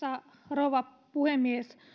rouva puhemies